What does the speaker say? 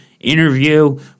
interview